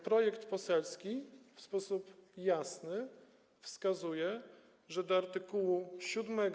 Projekt poselski w sposób jasny wskazuje, że do art. 7